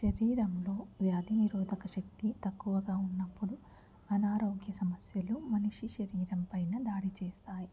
శరీరంలో వ్యాధినిరోధక శక్తి తక్కువగా ఉన్నప్పుడు అనారోగ్య సమస్యలు మనిషి శరీరం పైన దాడి చేస్తాయి